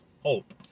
hope